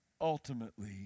ultimately